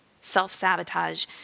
self-sabotage